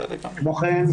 כמו כן,